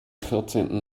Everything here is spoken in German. vierzehnten